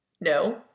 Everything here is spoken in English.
No